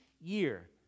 year